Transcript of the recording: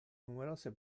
numerose